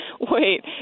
wait